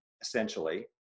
essentially